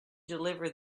deliver